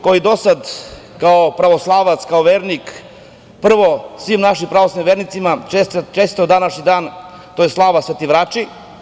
Kao i do sad, ja ću kao pravoslavac, kao vernik prvo svim našim pravoslavnim vernicima da čestitam današnji dan, to je slava Sveti Vrači.